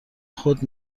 خود